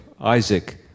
Isaac